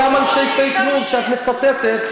ואותם אנשי פייק ניוז שאת מצטטת,